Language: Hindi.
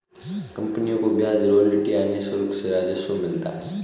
कंपनियों को ब्याज, रॉयल्टी या अन्य शुल्क से राजस्व मिलता है